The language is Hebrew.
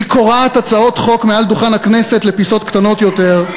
מי קורעת הצעות חוק מעל דוכן הכנסת לפיסות קטנות יותר,